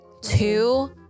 Two